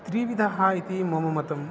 त्रिविधाः इति मम मतं